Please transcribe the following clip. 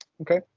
Okay